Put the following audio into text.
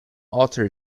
alter